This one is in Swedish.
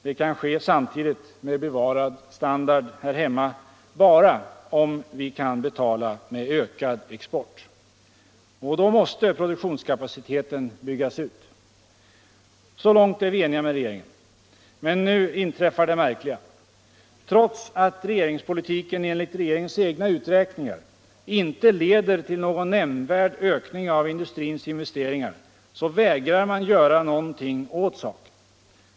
Det kan ske samtidigt med bevarad standard här hemma bara om vi kan betala med ökad export. Då måste produktionskapaciteten byggas ut. Så långt är vi eniga med regeringen. Men nu inträffar det märkliga. Trots att regeringspolitiken enligt regeringens egna uträkningar inte leder till någon nämndvärd ökning av industrins investeringar, vägrar man göra någonting åt saken.